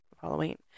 Halloween